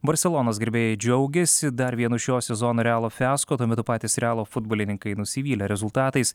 barselonos gerbėjai džiaugėsi dar vienu šio sezono realo fiasko tuo metu patys realo futbolininkai nusivylę rezultatais